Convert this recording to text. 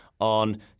on